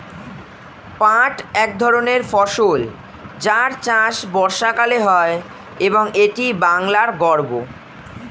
পাট এক ধরনের ফসল যার চাষ বর্ষাকালে হয় এবং এটি বাংলার গর্ব